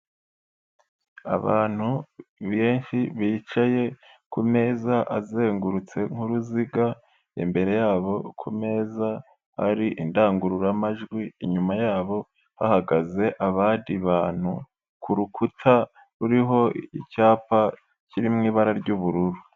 Abantu benshi bicaye ku meza azengurutse nk'uruziga, imbere yabo ku meza hari indangururamajwi. Inyuma yabo hahagaze abandi bantu, ku rukuta ruriho icyapa kiri mu ibara ry'ubururu.